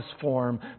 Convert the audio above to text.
form